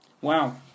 Wow